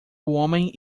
homem